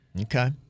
Okay